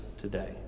today